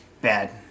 Bad